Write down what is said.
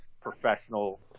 professional